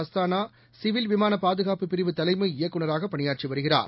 அஸ்தானாசிவில் விமானபாதுகாப்புப் பிரிவு தலைமை இயக்குநராகபணியாற்றிவருகிறார்